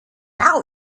now